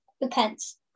Depends